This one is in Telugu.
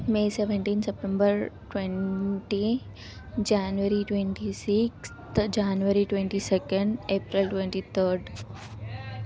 మే seventeenth September twenty January twenty sixth త January twenty second April twenty third